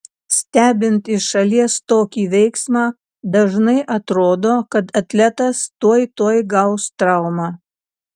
stebint iš šalies tokį veiksmą dažnai atrodo kad atletas tuoj tuoj gaus traumą